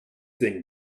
sing